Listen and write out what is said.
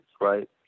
right